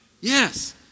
Yes